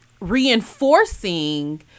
reinforcing